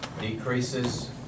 decreases